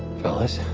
fellas.